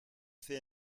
fait